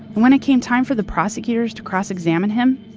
when it came time for the prosecutors to cross-examine him,